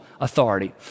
authority